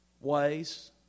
ways